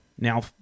Now